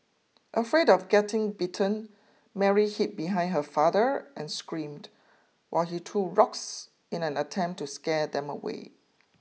afraid of getting bitten Mary hid behind her father and screamed while he threw rocks in an attempt to scare them away